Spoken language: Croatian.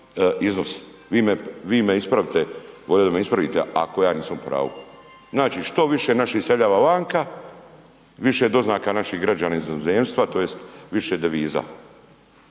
vi me, vi me ispravite, volio bi da me ispravite ako ja nisam u pravu. Znači, što više naših iseljava vanka, više doznaka naših građana iz inozemstva tj. više deviza